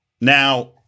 now